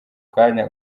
kanya